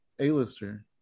A-lister